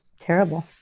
terrible